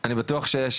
אני בטוח שיש